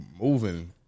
moving